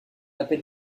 appel